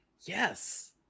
Yes